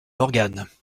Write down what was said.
d’organes